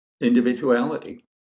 Individuality